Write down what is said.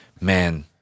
man